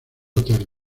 hotel